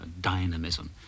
dynamism